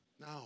No